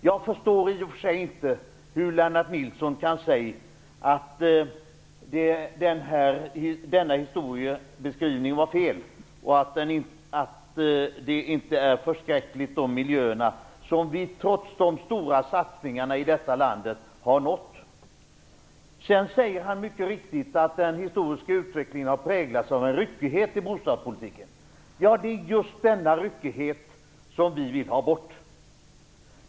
Jag förstår i och för sig inte hur Lennart Nilsson kan säga att denna historieskrivning var felaktig och att de miljöer som trots stora satsningar har uppstått inte är förskräckliga. Sedan säger han mycket riktigt att den historiska utvecklingen har präglats av en ryckighet i bostadspolitiken. Ja, det är just denna ryckighet som vi vill ha bort.